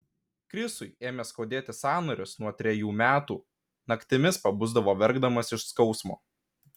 krisui ėmė skaudėti sąnarius nuo trejų metų naktimis pabusdavo verkdamas iš skausmo